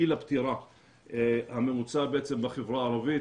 גיל הפטירה הממוצע בחברה הערבית,